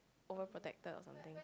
over protected or something